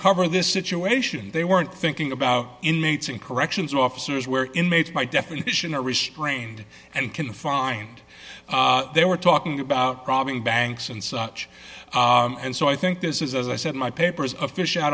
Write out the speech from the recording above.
cover this situation they weren't thinking about inmates and corrections officers where inmates by definition are restrained and confined they were talking about robbing banks and such and so i think this is as i said my papers a fish out